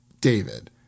David